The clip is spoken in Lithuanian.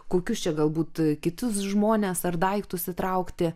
kokius čia galbūt kitus žmones ar daiktus įtraukti